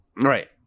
Right